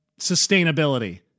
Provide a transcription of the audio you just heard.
sustainability